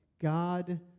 God